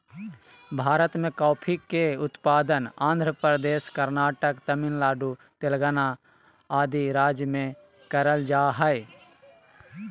भारत मे कॉफी के उत्पादन आंध्र प्रदेश, कर्नाटक, तमिलनाडु, तेलंगाना आदि राज्य मे करल जा हय